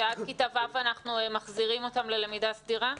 שעד כיתה ו' אנחנו מחזירים אותם ללמידה סדירה?